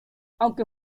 aunque